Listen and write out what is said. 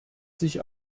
sich